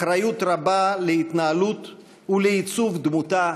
אחריות רבה להתנהלות ולעיצוב דמותה